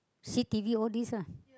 see t_v all these ah